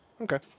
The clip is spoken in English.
okay